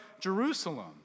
Jerusalem